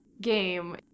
game